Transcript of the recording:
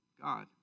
God